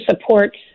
support